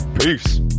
Peace